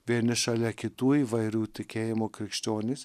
vieni šalia kitų įvairių tikėjimų krikščionys